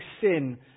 sin